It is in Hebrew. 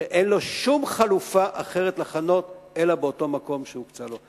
שאין לו שום חלופה אחרת אלא לחנות באותו במקום שהוקצה לו.